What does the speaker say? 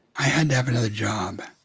had to have another job.